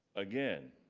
again,